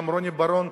גם רוני בר-און,